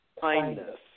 kindness